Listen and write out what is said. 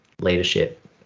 leadership